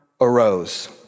arose